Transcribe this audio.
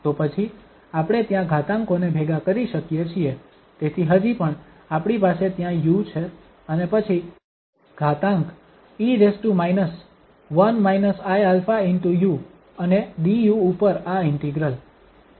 તો પછી આપણે ત્યાં ઘાતાંકોને ભેગા કરી શકીએ છીએ તેથી હજી પણ આપણી પાસે ત્યાં u છે અને પછી ઘાતાંક e 1 iαu અને du ઉપર આ ઇન્ટિગ્રલ